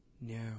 No